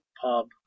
pub